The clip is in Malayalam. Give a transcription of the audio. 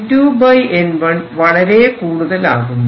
N2N1 വളരെ കൂടുതലാകുന്നു